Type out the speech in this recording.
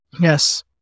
Yes